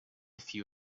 few